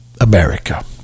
America